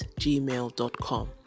gmail.com